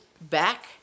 back